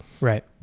Right